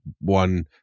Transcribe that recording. one